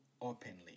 openly